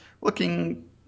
looking